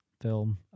film